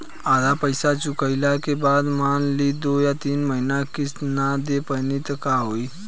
आधा पईसा चुकइला के बाद मान ली दो या तीन महिना किश्त ना दे पैनी त का होई?